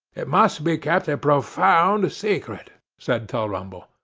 it must be kept a profound secret said tulrumble.